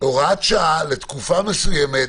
הוראת שעה לתקופה מסוימת,